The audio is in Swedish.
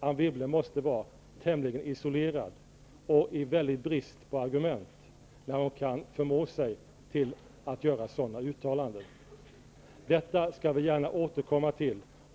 Anne Wibble måste vara tämligen isolerad och i stor brist på argument när hon kan förmå sig till att göra sådana uttalanden. Detta skall vi gärna återkomma till.